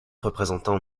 représentant